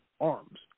arms